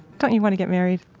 don't you want to get married?